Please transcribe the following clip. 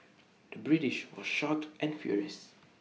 the British was shocked and furious